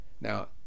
Now